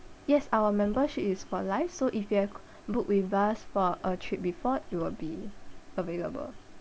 yes our membership is for life so if you have book with us for a trip before it will be available